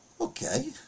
okay